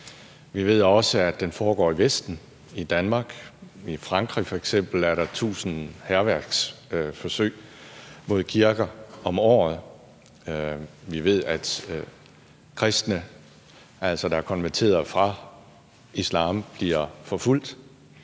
Vi ved også, at den foregår i Vesten, i Danmark, og i Frankrig er der f.eks. tusind hærværksforsøg mod kirker om året. Vi ved, at kristne, der er konverteret fra islam, bliver forfulgt.